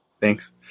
Thanks